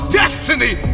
destiny